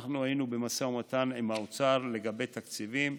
אנחנו היינו במשא ובמתן עם האוצר לגבי תקציבים.